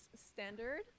standard